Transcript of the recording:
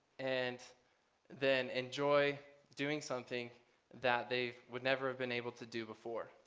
and then enjoy doing something that they would never have been able to do before.